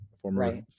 former